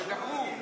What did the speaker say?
זה דחוף.